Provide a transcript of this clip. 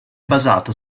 basata